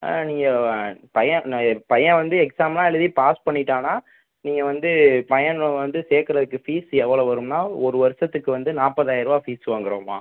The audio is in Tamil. நீங்கள் பையன் ந பையன் வந்து எக்ஸாம்லாம் எழுதி பாஸ் பண்ணிவிட்டான்னா நீங்கள் வந்து பையனை வந்து சேர்க்குறதுக்கு ஃபீஸ் எவ்வளோ வரும்னா ஒரு வருஷத்துக்கு வந்து நாற்பதாயிருவா ஃபீஸ் வாங்குறோம்மா